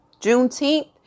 Juneteenth